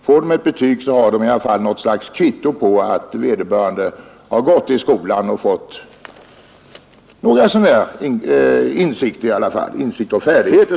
Får barnen betyg har de i alla tall ett slags kvitto på att de har gätt i skola och tatt vissa insikter och färdigheter, som det hette för: i tiden